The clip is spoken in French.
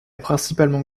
principalement